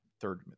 third